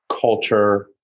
culture